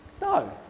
No